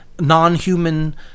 non-human